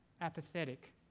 apathetic